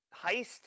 heist